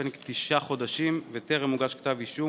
לפני כתשעה חודשים וטרם הוגש כתב אישום.